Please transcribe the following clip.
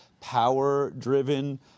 power-driven